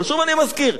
שוב אני מזכיר,